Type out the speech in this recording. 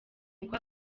uko